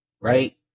right